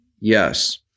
Yes